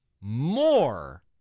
more